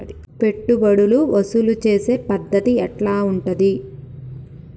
పెట్టుబడులు వసూలు చేసే పద్ధతి ఎట్లా ఉంటది?